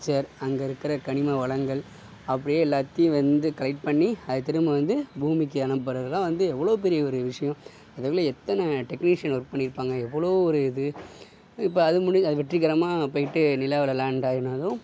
picture அங்கே இருக்கிற கனிம வளங்கள் அப்படியே எல்லாத்தையும் வந்து கலெக்ட் பண்ணி அது திரும்ப வந்து பூமிக்கு அனுப்புறதுதான் வந்து எவ்வளோ பெரிய ஒரு விஷயம் அதுக்குள்ள எத்தனை டெக்னீஷியன் ஒர்க் பண்ணி இருப்பாங்க எவ்வளோ ஒரு இது இப்போ அது முடிஞ்சு அது வெற்றிகரமாக போய்ட்டு நிலாவில லேண்டாயினாலும்